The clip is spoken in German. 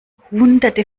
hunderte